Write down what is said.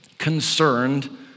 concerned